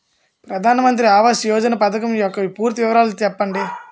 ప్రధాన మంత్రి ఆవాస్ యోజన పథకం యెక్క పూర్తి వివరాలు చెప్పండి?